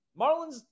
Marlins